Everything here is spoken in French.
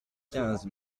quinze